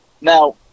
now